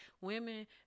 Women